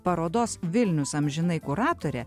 parodos vilnius amžinai kuratorė